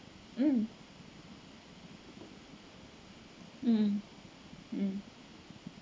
um mm mm mm